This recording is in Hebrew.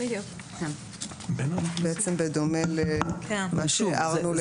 בדומה למה שהערנו.